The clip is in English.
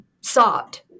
sobbed